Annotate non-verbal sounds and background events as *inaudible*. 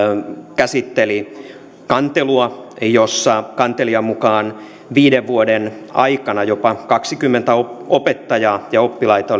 käsitteli kantelua jossa kantelijan mukaan viiden vuoden aikana jopa kaksikymmentä opettajaa ja oppilaita *unintelligible*